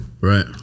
Right